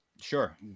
Sure